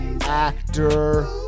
actor